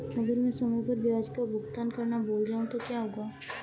अगर मैं समय पर ब्याज का भुगतान करना भूल जाऊं तो क्या होगा?